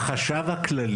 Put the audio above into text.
יש חסימה בחשב הכללי